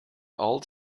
old